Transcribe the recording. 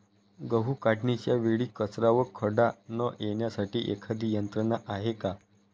गहू काढणीच्या वेळी कचरा व खडा न येण्यासाठी एखादी यंत्रणा आहे का?